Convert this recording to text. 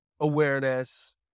awareness